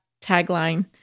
tagline